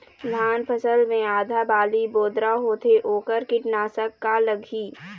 धान फसल मे आधा बाली बोदरा होथे वोकर कीटनाशक का लागिही?